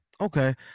okay